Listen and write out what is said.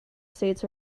states